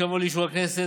שיבוא לאישור הכנסת,